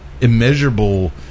immeasurable